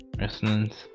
Resonance